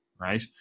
Right